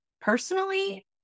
Personally